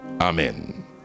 amen